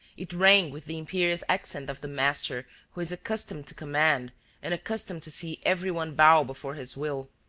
it rang with the imperious accent of the master who is accustomed to command and accustomed to see every one bow before his will,